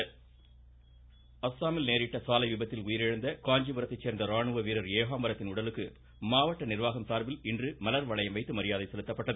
இருவரி அஸ்ஸாமில் நேரிட்ட சாலை விபத்தில் உயிரிழந்த காஞ்சிபுரத்தை சேர்ந்த ராணுவ வீரர் ஏகாம்பரத்தின் உடலுக்கு மாவட்ட நிர்வாகம் சார்பில் இன்று மலர்வளையம் வைத்து மரியாதை செலுத்தப்பட்டது